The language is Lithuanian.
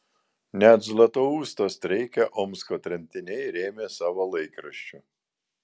net zlatousto streiką omsko tremtiniai rėmė savo laikraščiu